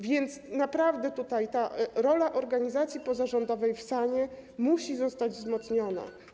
Więc naprawdę tutaj ta rola organizacji pozarządowej w SAN-ie musi zostać wzmocniona.